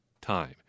time